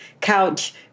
couch